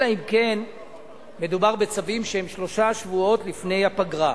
אלא אם כן מדובר בצווים שהם שלושה שבועות לפני הפגרה.